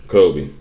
Kobe